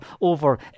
over